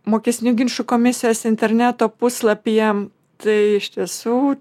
mokestinių ginčų komisijos interneto puslapyje tai iš tiesų